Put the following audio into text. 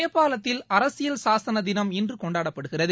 நேபாளத்தில் அரசியல் சாசன தினம் இன்று கொண்டாடப்படுகிறது